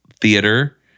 theater